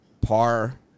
par